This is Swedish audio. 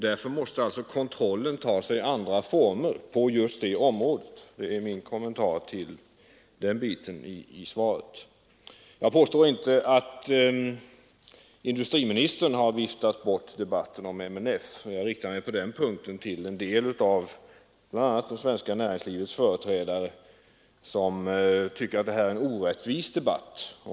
Därför måste kontrollen över multinationella företag ta sig andra former. Det är min kommentar till denna del av svaret. Jag påstår inte att industriministern har viftat bort debatten om MNF. Jag riktar mig på den punkten till bl.a. en del av det svenska näringslivets företrädare, som tycker att det här är en orättvis debatt.